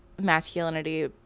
masculinity